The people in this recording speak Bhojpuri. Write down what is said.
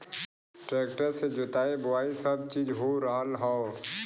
ट्रेक्टर से जोताई बोवाई सब चीज हो रहल हौ